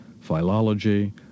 philology